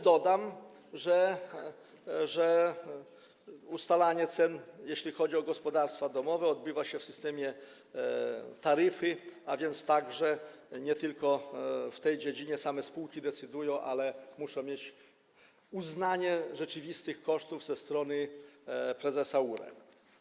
Dodam, że ustalanie cen, jeśli chodzi o gospodarstwa domowe, odbywa się w systemie taryfy, a więc także nie jest tak - nie tylko w tej dziedzinie - że spółki same decydują, ale muszą mieć uznanie rzeczywistych kosztów ze strony prezesa URE.